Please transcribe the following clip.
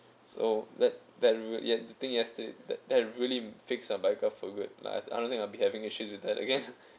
so that that yes~ the thing yesterday that really fixed my bike like for good like I don't think I'll be having issues with that again